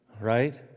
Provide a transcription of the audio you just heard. right